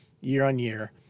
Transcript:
year-on-year